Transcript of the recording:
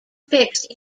fixed